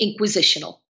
inquisitional